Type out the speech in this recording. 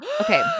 Okay